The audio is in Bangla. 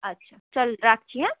আচ্ছা চল রাখছি হ্যাঁ